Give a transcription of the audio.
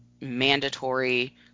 mandatory